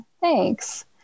Thanks